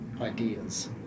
ideas